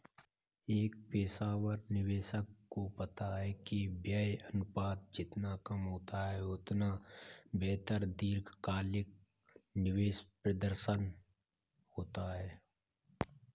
एक पेशेवर निवेशक को पता है कि व्यय अनुपात जितना कम होगा, उतना बेहतर दीर्घकालिक निवेश प्रदर्शन होगा